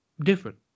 different